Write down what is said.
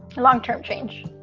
long term change